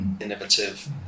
innovative